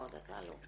לא, דקה לא.